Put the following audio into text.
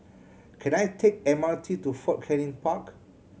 can I take M R T to Fort Canning Park